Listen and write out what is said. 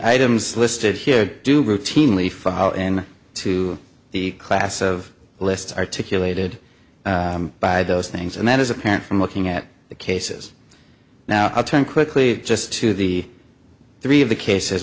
items listed here do routinely fall in to the class of list articulated by those things and that is apparent from looking at the cases now i'll turn quickly just to the three of the cases